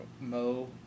Mo